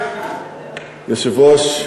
יושב-ראש,